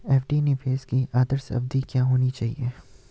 FD निवेश की आदर्श अवधि क्या होनी चाहिए?